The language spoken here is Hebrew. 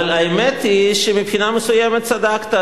אבל האמת היא שמבחינה מסוימת צדקת,